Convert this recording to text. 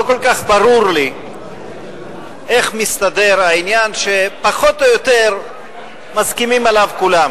לא כל כך ברור לי איך מסתדר העניין שפחות או יותר מסכימים עליו כולם,